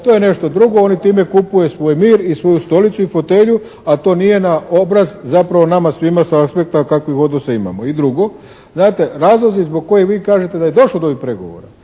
to je nešto drugo. Oni time kupuju svoj mir i svoju stolicu i fotelju, a to nije na obraz zapravo nama svima sa aspekta kakvih odnosa imamo. I drugo, znate razlozi zbog kojih vi kažete da je došlo do ovih pregovora